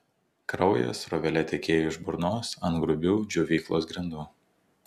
kraujas srovele tekėjo iš burnos ant grubių džiovyklos grindų